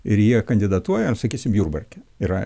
ir jie kandidatuoja sakysime jurbarke yra